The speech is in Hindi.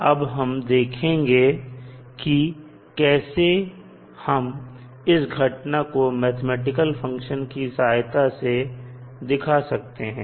तो अब हम देखेंगे कि कैसे हम इस घटना को मैथमेटिकल फंक्शन की सहायता से दिखा सकते है